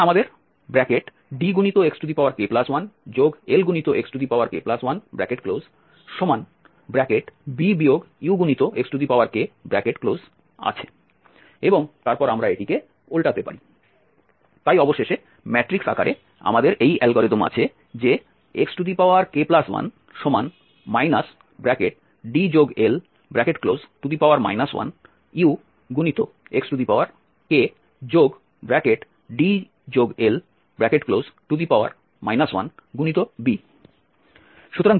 সুতরাং আমাদের Dxk1Lxk1b Uxk আছে এবং তারপর আমরা এটিকে উল্টাতে পারি তাই অবশেষে ম্যাট্রিক্স আকারে আমাদের এই অ্যালগরিদম আছে যে xk1 DL 1UxkDL 1b